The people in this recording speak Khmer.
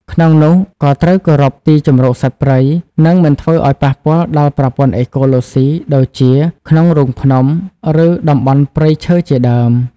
ក្នុងនោះ ក៏ត្រូវគោរពទីជម្រកសត្វព្រៃ និងមិនធ្វើឱ្យប៉ះពាល់ដល់ប្រព័ន្ធអេកូឡូស៊ីដូចជាក្នុងរូងភ្នំ ឬតំបន់ព្រៃឈើជាដើម។